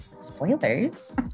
spoilers